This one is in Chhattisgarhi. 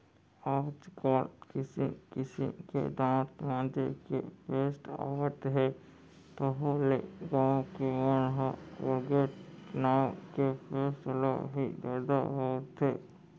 आज काल किसिम किसिम के दांत मांजे के पेस्ट आवत हे तभो ले गॉंव के मन ह कोलगेट नांव के पेस्ट ल ही जादा बउरथे